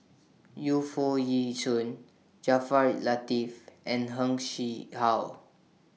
Yu Foo Yee Shoon Jaafar Latiff and Heng Chee How